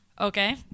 Okay